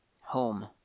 home